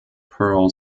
pearl